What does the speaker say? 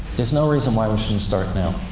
there's no reason why we shouldn't start now.